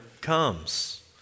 comes